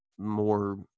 more